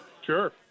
Sure